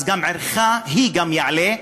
גם ערכה יעלה,